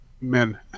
men